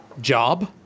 job